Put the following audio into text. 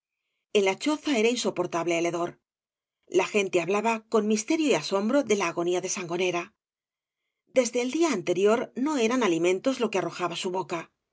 eq la choza era insoportable el hedor la gente hablaba con misterio y asombro de la agonía de sangonera desde el día anterior no eran alimentos lo que arrojaba su boca